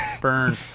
burn